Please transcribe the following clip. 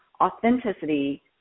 authenticity